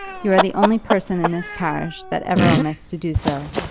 you are the only person in this parish that ever omits to do so.